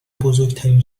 بزرگترین